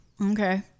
Okay